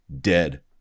dead